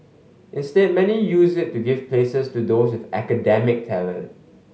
instead many use it to give places to those with academic talent